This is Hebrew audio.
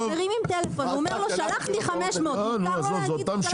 מרימים טלפון ואומר לו שלחתי 500. מותר לו להגיד שלחתי 500?